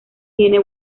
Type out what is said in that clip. tiene